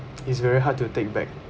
it's very hard to take back